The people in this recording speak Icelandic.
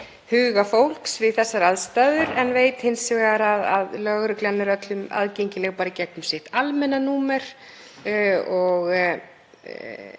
huga fólks við þessar aðstæður. Ég veit hins vegar að lögreglan er öllum aðgengileg í gegnum sitt almenna númer.